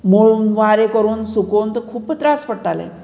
मोळून वारें करून सुकून खूब त्रास पडटाले